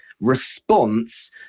response